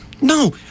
No